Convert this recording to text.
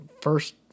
first